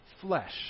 flesh